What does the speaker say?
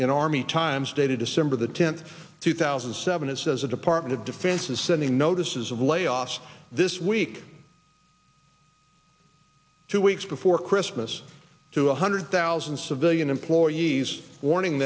in army times dated december the tenth two thousand and seven it says the department of defense is sending notices of layoffs this week two weeks before christmas to one hundred thousand civilian employees warning